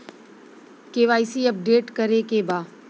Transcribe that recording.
KYC update करे के बा?